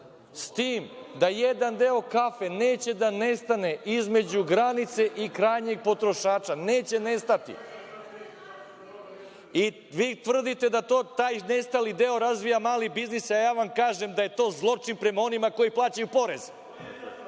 s tim da jedan deo kafe neće da nestane između granice i krajnjeg potrošača, neće nestati. Vi tvrdite da taj nestali deo razvija mali biznis, a ja vam kažem da je to zločin prema onima koji plaćaju porez.